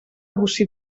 bocí